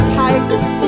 pipes